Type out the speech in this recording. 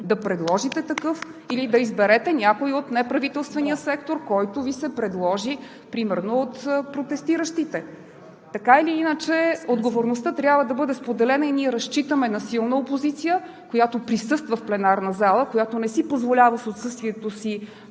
да предложите такъв или да изберете някой от неправителствения сектор, който Ви се предложи, примерно от протестиращите. Така или иначе отговорността трябва да бъде споделена и ние разчитаме на силна опозиция, която присъства в пленарната зала, която не си позволява с отсъствието си